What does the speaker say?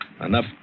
Enough